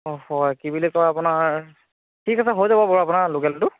অঁ হয় কি বুলি কয় আপোনাৰ ঠিক আছে হৈ যাব বাৰু আপোনাৰ লোকেলটো